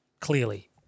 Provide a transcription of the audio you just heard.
clearly